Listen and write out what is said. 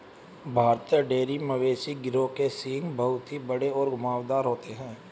भारतीय डेयरी मवेशी गिरोह के सींग बहुत ही बड़े और घुमावदार होते हैं